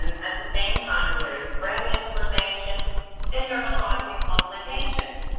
and at the same time there is brain inflammation and neurologic complications.